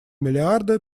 миллиарда